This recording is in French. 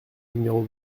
numéros